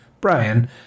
Brian